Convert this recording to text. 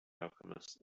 alchemist